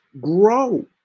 Grow